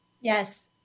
Yes